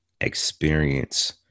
experience